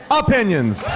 opinions